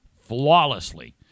flawlessly